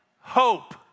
hope